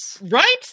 Right